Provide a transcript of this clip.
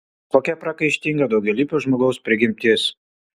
kokia pragaištinga daugialypio žmogaus prigimtis